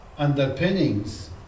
underpinnings